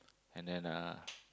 and then uh